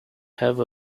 have